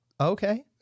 Okay